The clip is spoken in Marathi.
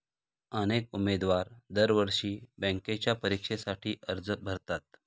अनेक उमेदवार दरवर्षी बँकेच्या परीक्षेसाठी अर्ज भरतात